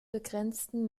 begrenzten